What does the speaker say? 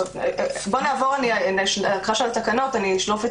בוא נעבור לקריאה של התקנות ואני אשלוף את